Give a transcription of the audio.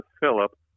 Philip